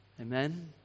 Amen